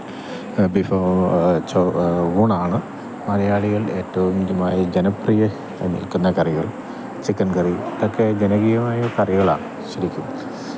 ബീഫോ ചോറ് ഊണാണ് മലയാളികള് ഏറ്റവും ജിമായ ജനപ്രിയ നില്ക്കുന്ന കറികള് ചിക്കന് കറി ഇതൊക്കെ ജനകീയമായ കറികളാണ് ശരിക്കും